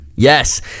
Yes